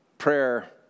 prayer